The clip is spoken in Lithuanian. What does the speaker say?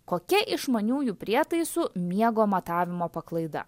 kokia išmaniųjų prietaisų miego matavimo paklaida